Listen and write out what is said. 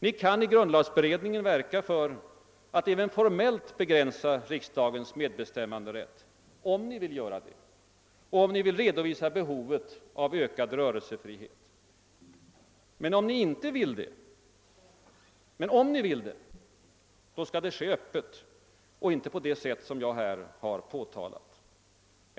Ni kan i grundlagberedningen verka för att även formellt begränsa riksdagens medbestämmanderätt, om ni vill göra det och om ni vill redovisa behovet av ökad rörelsefrihet. Men om ni vill det, skall det också ske öppet och inte på det sätt jag här har påtalat.